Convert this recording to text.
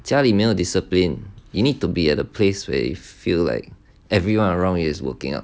家里没有 discipline you need to be at the place where you feel like everyone around is working out